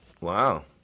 Wow